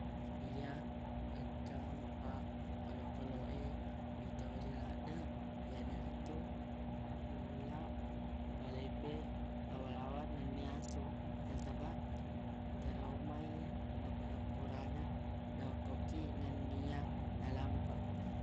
Iya engka empa olokoloq e witori laddeq iyanaritu ula balepeq lawa lawa nennia asu nasabaq trauma i purana naokko kiq nennia nalampaq